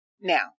Now